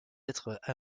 être